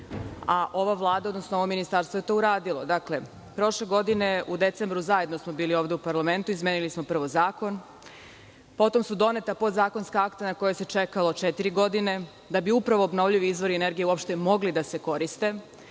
energije, a ovo ministarstvo je to uradilo. Prošle godine u decembru, zajedno smo bili ovde u parlamentu, izmenili smo prvo zakon, potom su doneta podzakonska akta na koja se čekalo četiri godine, da bi obnovljivi izvori energije uopšte mogli da se koriste.